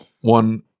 one